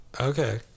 okay